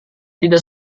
tidak